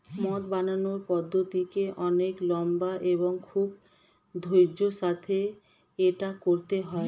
মদ বানানোর পদ্ধতিটি অনেক লম্বা এবং খুব ধৈর্য্যের সাথে এটা করতে হয়